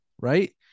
right